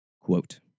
quote